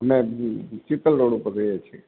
અને શીતળ રોડ ઉપર છે